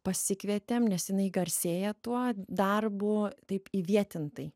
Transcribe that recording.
pasikvietėm nes jinai garsėja tuo darbu taip įvietintai